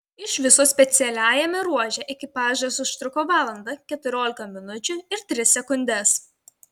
iš viso specialiajame ruože ekipažas užtruko valandą keturiolika minučių ir tris sekundes